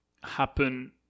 happen